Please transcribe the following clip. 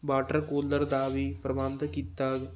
water cooler ਦਾ ਵੀ ਪ੍ਰਬੰਧ ਕੀਤਾ